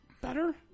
better